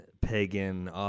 pagan